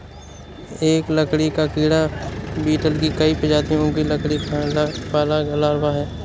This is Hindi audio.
एक लकड़ी का कीड़ा बीटल की कई प्रजातियों का लकड़ी खाने वाला लार्वा है